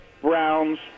Browns